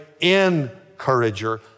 encourager